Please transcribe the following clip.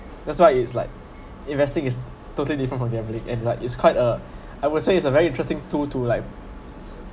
that's why it's like investing is totally different from gambling and like it's quite a I would say it's a very interesting tool to like